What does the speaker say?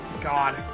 God